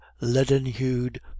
leaden-hued